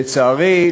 לצערי,